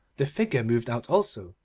the figure moved out also,